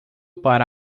para